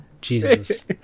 Jesus